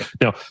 now